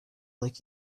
like